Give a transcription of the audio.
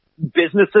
Businesses